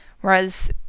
whereas